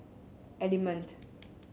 Element